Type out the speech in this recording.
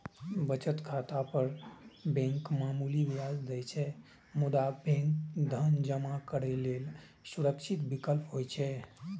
बचत खाता पर बैंक मामूली ब्याज दै छै, मुदा बैंक धन जमा करै लेल सुरक्षित विकल्प होइ छै